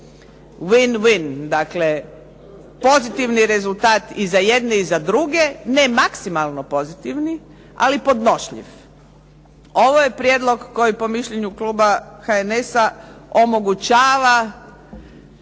win-win, dakle pozitivni rezultat i za jedne i za druge, ne maksimalno pozitivni, ali podnošljiv. Ovo je prijedlog koji po mišljenju kluba HNS-a omogućava,